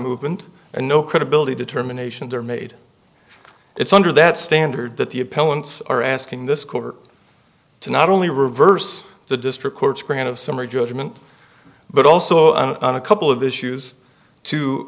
movement and no credibility determinations are made it's under that standard that the appellants are asking this court to not only reverse the district court's grant of summary judgment but also on a couple of issues to